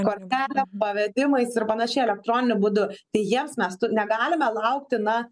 kortele pavedimais ir panašiai elektroniniu būdu tai jiems mes tu negalime laukti na